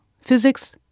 physics